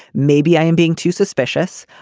maybe i am being too suspicious.